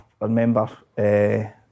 remember